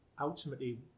ultimately